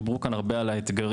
דיברו כאן הרבה על האתגרים.